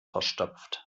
verstopft